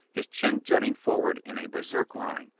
his chin jutting forward in a berserk line,